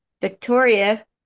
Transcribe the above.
Victoria